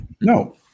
No